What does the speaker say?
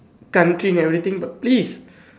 country and everything but please